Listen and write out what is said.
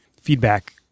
feedback